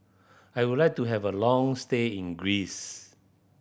I would like to have a long stay in Greece